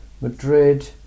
Madrid